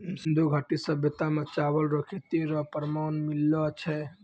सिन्धु घाटी सभ्यता मे चावल रो खेती रो प्रमाण मिललो छै